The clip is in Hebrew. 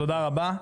תודה רבה.